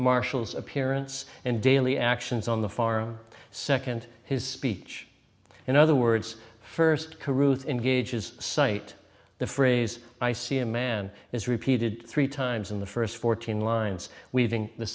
marshall's appearance and daily actions on the farm second his speech in other words first karoo thin gauges cite the phrase i see a man is repeated three times in the first fourteen lines weaving the